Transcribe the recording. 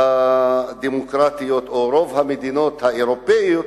הדמוקרטיות או ברוב המדינות האירופיות,